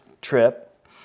trip